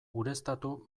ureztatu